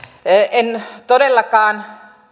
en todellakaan